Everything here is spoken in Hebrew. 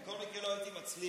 בכל מקרה, לא הייתי מצליח.